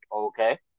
Okay